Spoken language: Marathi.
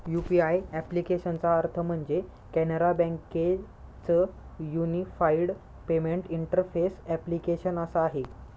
यु.पी.आय ॲप्लिकेशनचा अर्थ म्हणजे, कॅनरा बँके च युनिफाईड पेमेंट इंटरफेस ॲप्लीकेशन असा आहे